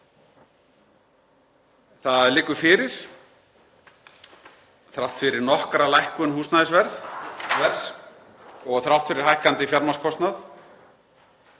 Það liggur fyrir, þrátt fyrir nokkra lækkun húsnæðisverðs og þrátt fyrir hækkandi fjármagnskostnað